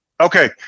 Okay